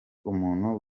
umuntu